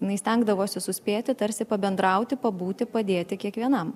jinai stengdavosi suspėti tarsi pabendrauti pabūti padėti kiekvienam